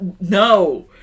no